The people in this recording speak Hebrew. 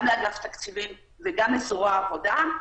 גם לאגף התקציבים וגם לזרוע העבודה.